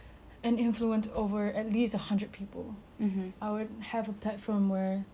I would have a platform where the people my age are not even aware of this like they